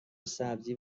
سبزی